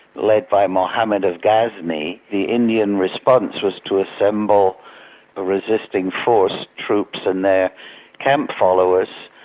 led by mahmud um and of ghazni. the indian response was to assemble a resisting force, troops and their camp followers,